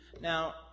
Now